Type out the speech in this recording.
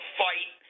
fight